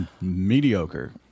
mediocre